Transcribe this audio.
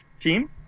team